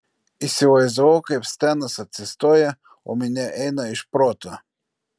įsivaizdavau kaip stenas atsistoja o minia eina iš proto